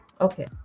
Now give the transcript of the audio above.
Okay